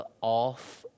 off